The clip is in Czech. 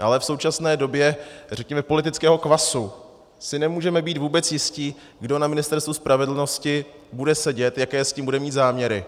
Ale v současné době, řekněme, politického kvasu si nemůžeme být vůbec jisti, kdo na Ministerstvu spravedlnosti bude sedět, jaké s tím bude mít záměry.